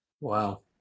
Wow